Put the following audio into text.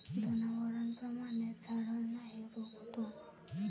जनावरांप्रमाणेच झाडांनाही रोग होतो